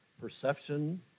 perception